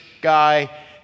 guy